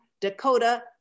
Dakota